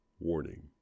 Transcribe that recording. Warning